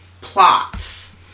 plots